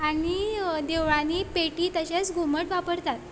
आनी देवळांनी पेटी तशेंच घुमट वापरतात